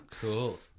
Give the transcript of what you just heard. Cool